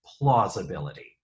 plausibility